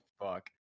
fuck